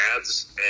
ads